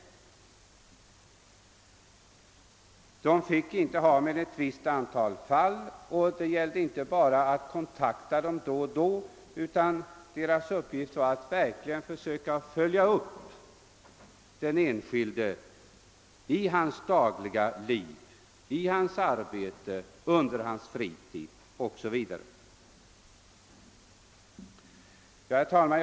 Övervakare fick inte ha mer än ett visst antal fall, och det gällde inte bara att kontakta klienterna då och då utan att verkligen försöka följa upp den enskilde i hans dagliga liv, i hans arbete, under hans fritid 0. s. v. Herr talman!